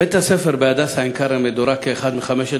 בית-הספר ב"הדסה עין-כרם" מדורג כאחד מחמשת